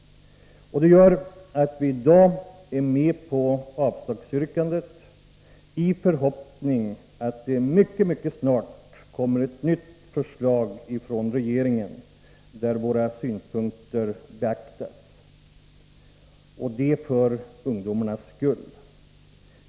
Det gör att vi i dag är med på avslagsyrkandet i förhoppning om att det mycket snart kommer ett nytt förslag från regeringen där våra synpunkter beaktas — och det för ungdomarnas skull.